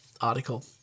article